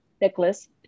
Nicholas